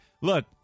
Look